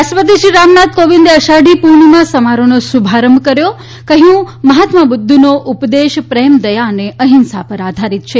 રાષ્ટ્રપતિ શ્રી રામનાથ કોવિંદે અષાઢી પૂર્ણિમા સમારોહનો શુભારંભ કર્યો કહ્યું મહાત્મા બુધ્ધનો ઉપદેશ પ્રેમ દયા અને અહિંસા ઉપર આધારિત છે